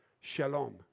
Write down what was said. Shalom